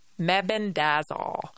mebendazole